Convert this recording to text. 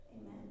Amen